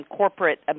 corporate